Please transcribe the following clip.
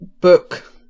book